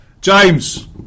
James